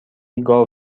گاو